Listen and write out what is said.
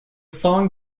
song